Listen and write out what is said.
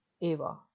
Eva